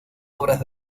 obras